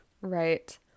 right